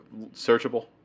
searchable